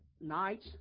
night